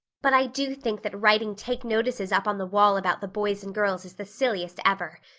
but i do think that writing take-notices up on the wall about the boys and girls is the silliest ever.